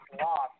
Lost